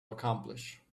accomplish